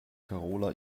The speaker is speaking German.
karola